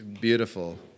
beautiful